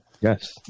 Yes